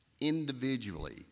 individually